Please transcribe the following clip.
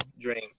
drink